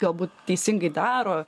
galbūt teisingai daro